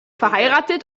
verheiratet